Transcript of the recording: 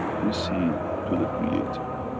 we see to the creator.